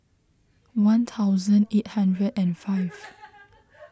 one thousand eight hundred and five